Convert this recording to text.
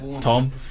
Tom